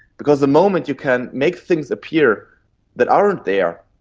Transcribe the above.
because the moment you can make things appear that aren't there,